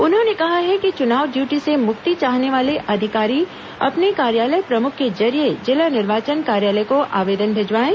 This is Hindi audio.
उन्होंने कहा है कि चुनाव ड्यूटी से मुक्ति चाहने वाले अधिकारी अपने कार्यालय प्रमुख के जरिए जिला निर्वाचन कार्यालय को आवेदन भिजवाएं